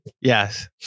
Yes